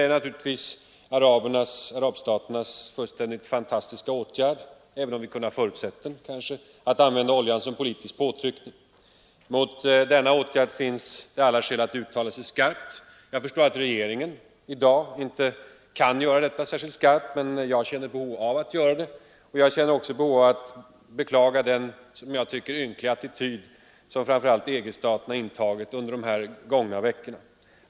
Den beror ju främst på arabstaternas fullständigt fantastiska åtgärd — även om vi hade kunnat förutse den — att använda oljan som politisk påtryckning. Mot denna åtgärd finns alla skäl att uttala sig skarpt. Jag förstår att regeringen i dag inte kan göra detta, men jag känner behov av att göra det, och jag känner också ett behov av att beklaga den som jag tycker ynkliga attityd som framför allt EG-staterna intagit under de gångna veckorna.